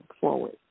forward